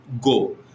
go